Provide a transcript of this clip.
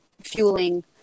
fueling